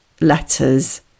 Letters